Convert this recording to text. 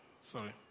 Sorry